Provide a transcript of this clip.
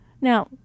Now